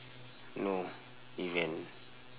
no event